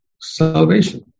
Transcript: salvation